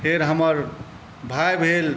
फेर हमर भाइ भेल